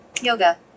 Yoga